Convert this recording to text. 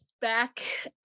back